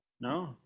No